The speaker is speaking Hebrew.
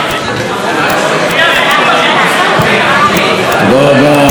לוין: תודה רבה.